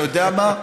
אתה יודע מה,